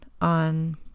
on